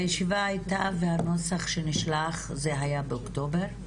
הישיבה שהיתה והנוסח שנשלח זה באוקטובר?